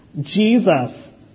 Jesus